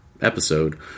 episode